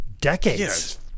decades